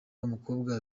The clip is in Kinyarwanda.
w’umukobwa